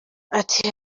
ati